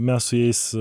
mes su jais